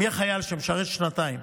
אם יהיה חייל שמשרת שנתיים,